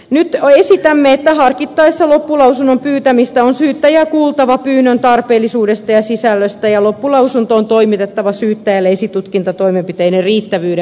nyt esitämme että harkittaessa loppulausunnon pyytämistä on syyttäjää kuultava pyynnön tarpeellisuudesta ja sisällöstä ja loppulausunto on toimitettava syyttäjälle esitutkintatoimenpiteiden riittävyyden arvioimiseksi